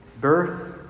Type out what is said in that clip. Birth